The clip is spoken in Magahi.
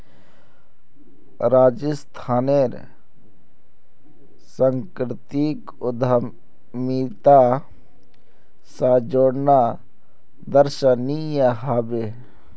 राजस्थानेर संस्कृतिक उद्यमिता स जोड़ना दर्शनीय ह बे